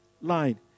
line